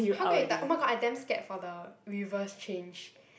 how come you touch oh my god I damn scared for the reverse change